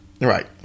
Right